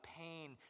pain